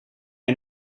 een